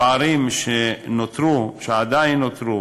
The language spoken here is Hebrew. הפערים שעדיין נותרו,